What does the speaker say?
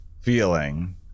feeling